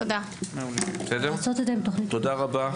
תודה רבה.